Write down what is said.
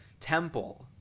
temple